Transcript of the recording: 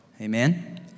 Amen